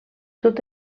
tot